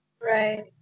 Right